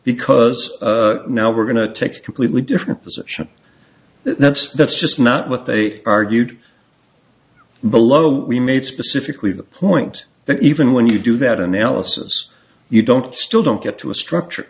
because now we're going to take a completely different position that's that's just not what they argued below we made specifically the point that even when you do that analysis you don't still don't get to a structure